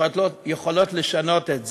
יכולות לשנות את זה.